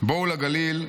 "בואו לגליל,